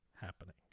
happening